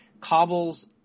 cobbles